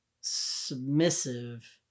submissive